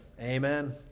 Amen